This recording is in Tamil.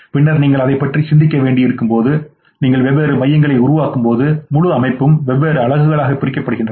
பின்னர் நீங்கள் அதைப் பற்றி சிந்திக்க வேண்டியிருக்கும் போது நீங்கள் வெவ்வேறு மையங்களை உருவாக்கும்போது முழு அமைப்பும் வெவ்வேறு அலகுகளாகப் பிரிக்கப்படுகின்றன